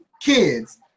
kids